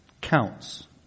counts